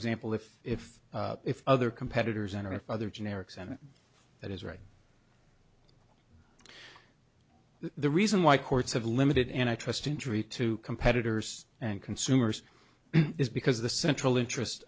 example if if if other competitors enter if other generics and that is right the reason why courts have limited and i trust injury to competitors and consumers is because the central interest